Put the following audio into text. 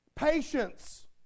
Patience